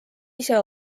ise